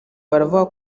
baravuga